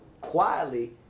quietly